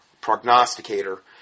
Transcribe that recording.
prognosticator